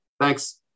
Thanks